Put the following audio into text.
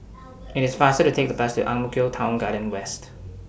IT IS faster to Take The Bus to Ang Mo Kio Town Garden West